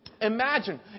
imagine